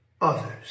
others